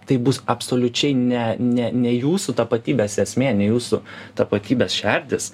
tai bus absoliučiai ne ne ne jūsų tapatybės esmė ne jūsų tapatybės šerdis